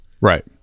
Right